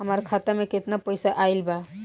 हमार खाता मे केतना पईसा आइल बा?